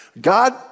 God